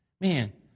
Man